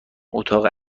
اتاق